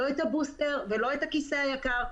לא את הבוסטר ולא את הכיסא היקר.